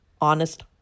honest